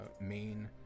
main